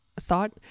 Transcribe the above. thought